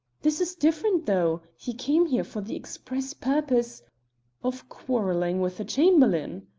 this is different though he came here for the express purpose of quarrelling with the chamberlain!